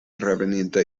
reveninta